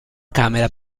camera